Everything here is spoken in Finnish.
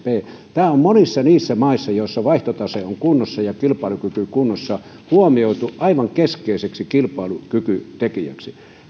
tämä on monissa niissä maissa joissa vaihtotase on kunnossa ja kilpailukyky kunnossa huomioitu aivan keskeiseksi kilpailukykytekijäksi